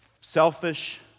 selfish